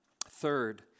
Third